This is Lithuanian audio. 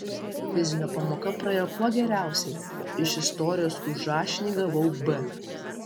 fizinio pamoka praėjo kuo geriausiai iš istorijos už rašinį gavau b